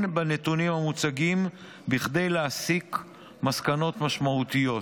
בנתונים המוצגים בכדי להסיק מסקנות משמעותיות.